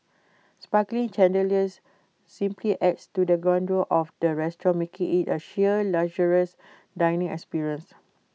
sparkling chandeliers simply adds to the grandeur of the restaurant making IT A sheer luxurious dining experience